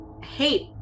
hate